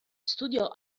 studiò